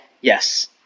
Yes